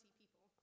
people